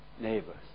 neighbors